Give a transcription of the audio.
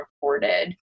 reported